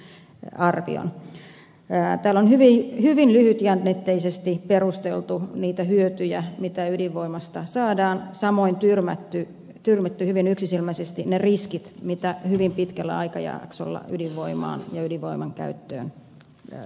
täällä on hyvin lyhytjännitteisesti perusteltu niitä hyötyjä joita ydinvoimasta saadaan samoin tyrmätty hyvin yksisilmäisesti ne riskit joita hyvin pitkällä aikajaksolla ydinvoimaan ja ydinvoiman käyttöön sisältyy